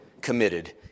committed